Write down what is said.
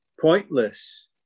pointless